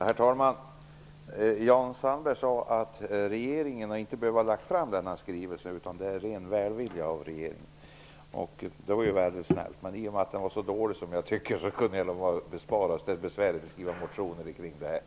Herr talman! Jan Sandberg sade att regeringen inte hade behövt lägga fram denna skrivelse, utan att det är ren välvilja av regeringen. Det var väldigt snällt. Men jag kunde ha besparats besväret att skriva motioner om detta, vilket jag gjort i och med att jag tyckte att skrivelsen var så dålig.